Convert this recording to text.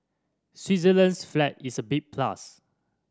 Switzerland's flag is a big plus